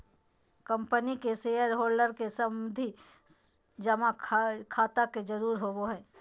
company के shareholder के सावधि जमा खाता के जरूरत होवो हय